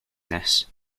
this